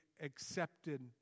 accepted